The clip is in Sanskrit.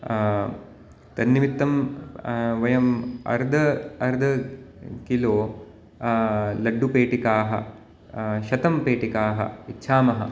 तन्निमित्तं वयम् अर्ध अर्ध किलो लड्डुपेटिकाः शतं पेटिकाः इच्छामः